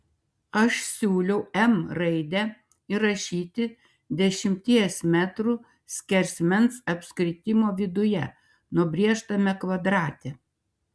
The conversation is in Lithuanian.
aš siūliau m raidę įrašyti dešimties metrų skersmens apskritimo viduje nubrėžtame kvadrate